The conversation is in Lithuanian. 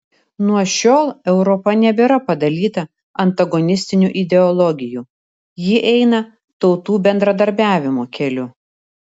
nuo šiol europa nebėra padalyta antagonistinių ideologijų ji eina tautų bendradarbiavimo keliu